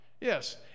Yes